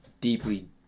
deeply